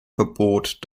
verbot